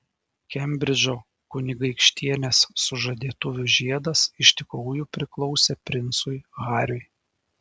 kembridžo kunigaikštienės sužadėtuvių žiedas iš tikrųjų priklausė princui hariui